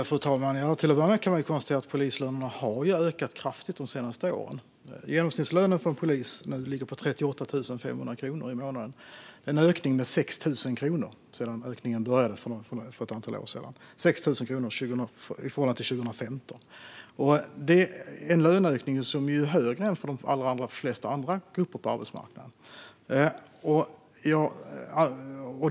Fru talman! Till att börja med kan man konstatera att polislönerna har ökat kraftigt de senaste åren. Genomsnittslönen för en polis ligger nu på 38 500 kronor i månaden. Det är en ökning med 6 000 kronor sedan ökningen började för ett antal år sedan, 2015. Det är en löneökning som är högre än för de allra flesta andra grupper på arbetsmarknaden.